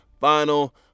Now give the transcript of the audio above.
Final